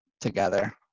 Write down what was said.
together